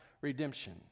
redemption